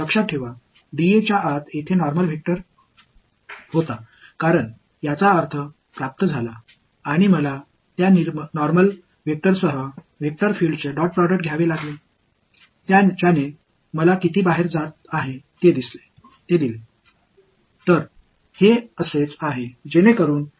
ds க்குள் சாதாரண vector இருப்பதை அது அர்த்தமுள்ளதாக இருப்பதால் நினைவில் வைத்துக் கொள்ளுங்கள் அந்த சாதாரண வெக்டர்லிருந்து வெக்டர் ஃபீல்டு உடைய டாட் ப்ரோடக்டை நான் எடுக்க வேண்டியிருந்தது அது எவ்வளவு சரியாக வெளியேறுகிறது என்பதை எனக்குக் கொடுத்தது